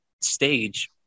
stage